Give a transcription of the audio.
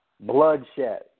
bloodshed